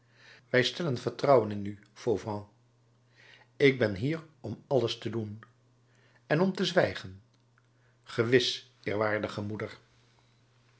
wij stellen vertrouwen in u fauvent ik ben hier om alles te doen en om te zwijgen gewis eerwaardige moeder